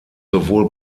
sowohl